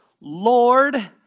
Lord